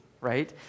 right